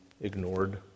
ignored